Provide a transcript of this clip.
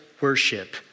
worship